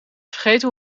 vergeten